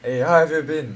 eh how have you been